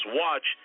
watch